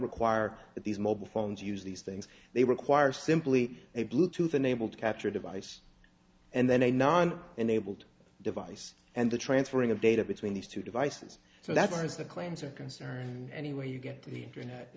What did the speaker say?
require that these mobile phones use these things they require simply a bluetooth enabled capture device and then a non enabled device and the transferring of data between these two devices so that was the clans are concerned any way you get the internet